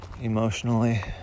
emotionally